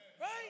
right